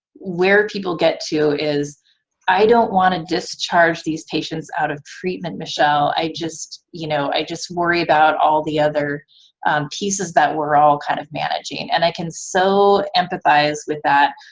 where people get to is i don't want to discharge these patients out of treatment, michelle, i just, you know, i just worry about all the other pieces that we're all kind of managing, and i can so empathize with that,